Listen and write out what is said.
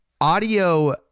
Audio